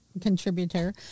contributor